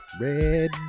Red